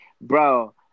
bro